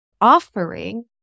offering